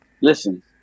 listen